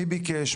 מי ביקש?